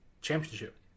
championship